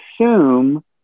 assume